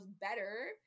better